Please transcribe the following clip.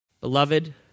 Beloved